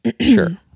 Sure